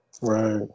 Right